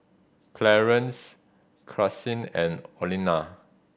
Clarence Karsyn and Olena